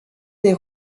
des